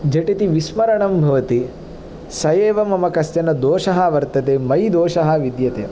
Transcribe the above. झटिति विस्मरणं भवति स एव मम कश्चन दोषः वर्तते मयि दोषः विद्यते